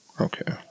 okay